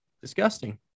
Disgusting